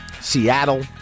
Seattle